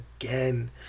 again